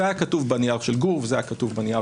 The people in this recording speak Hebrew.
זה היה כתוב בנייר של גור וזה היה כתוב בנייר